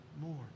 more